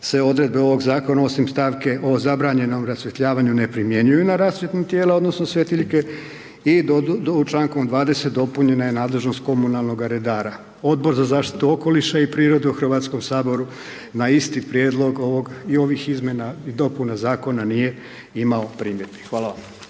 se odredbe ovog zakona osim stavke o zabranjenom rasvjetljavanju ne primjenjuju na rasvjetna tijela odnosno svjetiljke i člankom 20. dopunjena je nadležnost komunalnoga redara. Odbor za zaštitu okoliša i prirode u Hrvatskom saboru na isti prijedlog i ovih izmjena i dopuna zakona nije imao primjedbi. Hvala vam.